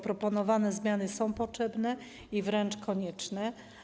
Proponowane zmiany są potrzebne, wręcz konieczne.